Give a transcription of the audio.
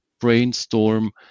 brainstorm